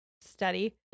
study